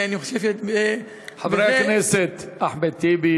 חברי הכנסת אחמד טיבי